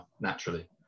naturally